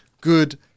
good